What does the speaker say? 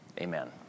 Amen